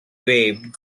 waved